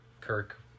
Kirk